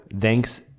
Thanks